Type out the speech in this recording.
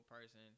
person